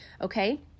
okay